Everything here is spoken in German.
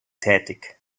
tätig